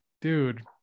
dude